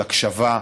של הקשבה,